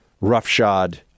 roughshod